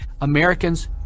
Americans